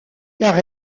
car